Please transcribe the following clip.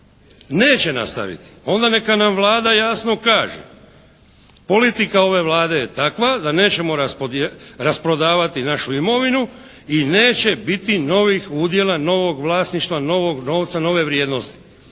neće nastaviti, onda neka nam Vlada jasno kaže, politika ove Vlade je takva da nećemo rasprodavati našu imovinu i neće biti novih udjela, novog vlasništva, novog novca, nove vrijednosti.